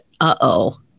uh-oh